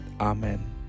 Amen